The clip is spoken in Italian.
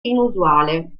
inusuale